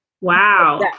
Wow